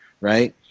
right